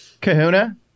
Kahuna